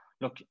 look